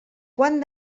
quan